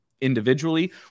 individually